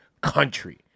country